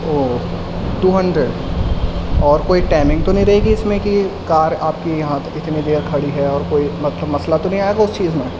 او two hundred اور کوئی timing تو نہیں رہے گی اس میں کہ کار آپ کی یہاں پہ اتنی دیر کھڑی ہے اور کوئی مطلب مسئلہ تو نہیں آئے گا اس چیز میں